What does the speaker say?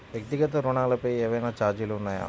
వ్యక్తిగత ఋణాలపై ఏవైనా ఛార్జీలు ఉన్నాయా?